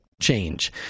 change